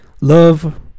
Love